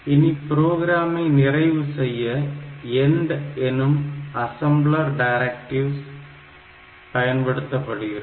இனி புரோகிராமை நிறைவு செய்ய END எனும் அசம்ளர் டைரக்ட்டிவ்ஸ் பயன்படுத்தப்படுகிறது